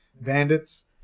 bandits